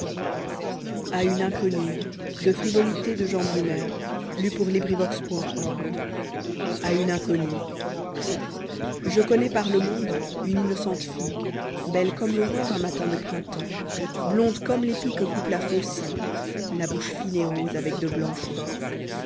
a une inconnue je connais par le monde une innocente fille belle comme l'aurore un matin de printemps blonde comme l'épi que coupe la faucille la bouche fine et rose avec de blanches dents